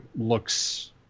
looks